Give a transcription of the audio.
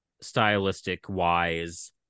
stylistic-wise